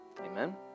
Amen